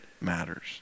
matters